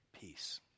peace